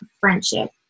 friendship